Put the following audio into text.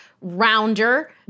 rounder